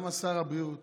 גם שר הבריאות